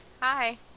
Hi